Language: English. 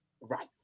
right